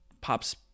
pops